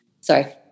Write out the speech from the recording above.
sorry